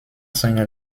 seiner